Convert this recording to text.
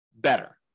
better